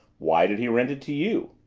why did he rent it to you?